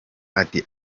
ati